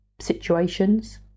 situations